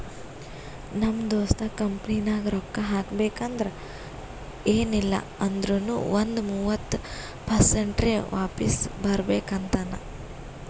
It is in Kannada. ನಮ್ ದೋಸ್ತ ಕಂಪನಿನಾಗ್ ರೊಕ್ಕಾ ಹಾಕಬೇಕ್ ಅಂದುರ್ ಎನ್ ಇಲ್ಲ ಅಂದೂರ್ನು ಒಂದ್ ಮೂವತ್ತ ಪರ್ಸೆಂಟ್ರೆ ವಾಪಿಸ್ ಬರ್ಬೇಕ ಅಂತಾನ್